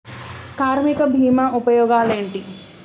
కార్మిక బీమా ఉపయోగాలేంటి?